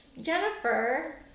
Jennifer